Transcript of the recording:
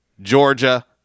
Georgia